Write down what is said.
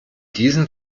diesem